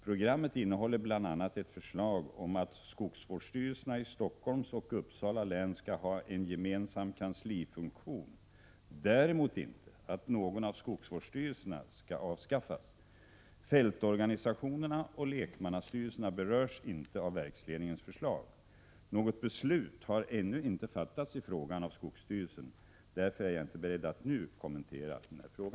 Programmet innehåller bl.a. ett förslag om att skogsvårdsstyrelserna i Helsingforss och Uppsala län skall ha en gemensam kanslifunktion, däremot inte att någon av skogsvårdsstyrelserna skall avskaffas. Fältorganisationerna och lekmannastyrelserna berörs inte av verksledningens förslag. Något beslut i ärendet har ännu inte fattats av skogsstyrelsen. Därför är jag inte beredd att nu kommentera denna fråga.